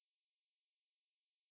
有 superpower